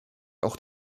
auch